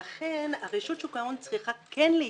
ולכן, הרשות לשוק ההון צריכה כן להתארגן,